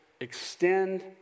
extend